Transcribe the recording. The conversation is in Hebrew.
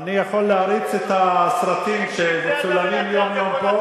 אני יכול להריץ את הסרטים שמצולמים יום-יום פה,